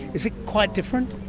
is it quite different?